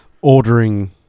ordering